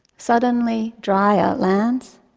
suddenly drier lands,